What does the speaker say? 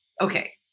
Okay